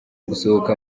gusohoka